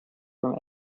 from